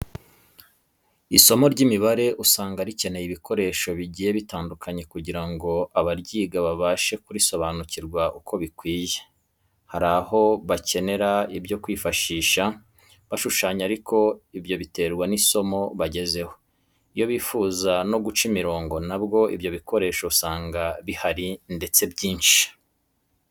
Isomo ry'imibare usanga rikenera ibikoresho bigiye bitandukanye kugira ngo abaryiga babashe kurisobanukirwa uko bikwiye. Hari aho bakenera ibyo kwifashisha bashushanya ariko ibyo biterwa n'isomo bagezeho. Iyo bifuza no guca imirongo na bwo ibyo bikoresho usanga bihari ndetse byinshi.